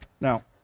Now